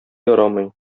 ярамый